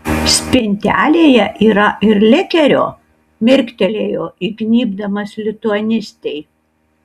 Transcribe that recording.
spintelėje yra ir likerio mirktelėjo įgnybdamas lituanistei